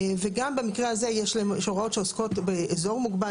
גם במקרה הזה יש הוראות שעוסקות באזור מוגבל,